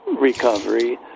recovery